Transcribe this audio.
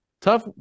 tough